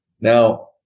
Now